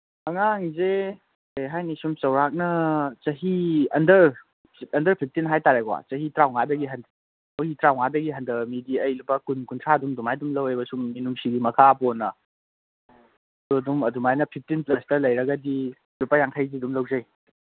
ꯑꯉꯥꯡꯁꯦ ꯀꯔꯤ ꯍꯥꯅꯤ ꯁꯨꯝ ꯆꯧꯔꯥꯛꯅ ꯆꯍꯤ ꯑꯟꯗꯔ ꯑꯟꯗꯔ ꯐꯤꯐꯇꯤꯟ ꯍꯥꯏ ꯇꯥꯔꯦꯀꯣ ꯆꯍꯤ ꯇꯔꯥ ꯃꯉꯥꯗꯒꯤ ꯆꯍꯤ ꯇꯔꯥ ꯃꯉꯥꯗꯒꯤ ꯍꯟꯗꯕ ꯃꯤꯗꯤ ꯑꯩ ꯂꯨꯄꯥ ꯀꯨꯟ ꯀꯨꯟꯊ꯭ꯔꯥ ꯑꯗꯨꯝ ꯑꯗꯨꯃꯥꯏꯅ ꯑꯗꯨꯝ ꯂꯧꯋꯦꯕ ꯁꯨꯝ ꯃꯤꯅꯨꯡꯁꯤꯒꯤ ꯃꯈꯥ ꯄꯣꯟꯅ ꯑꯗꯨ ꯑꯗꯨꯝ ꯑꯗꯨꯃꯥꯏꯅ ꯐꯤꯐꯇꯤꯟ ꯄ꯭ꯂꯁꯇ ꯂꯩꯔꯒꯗꯤ ꯂꯨꯄꯥ ꯌꯥꯡꯈꯩꯗꯤ ꯑꯗꯨꯝ ꯂꯧꯖꯩ